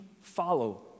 follow